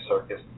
circus